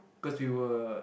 cause we were